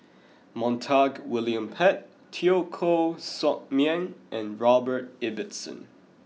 Montague William Pett Teo Koh Sock Miang and Robert Ibbetson